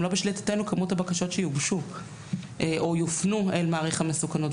לא בשליטתנו כמות הבקשות שיוגשו או יופנו אל מעריך המסוכנות,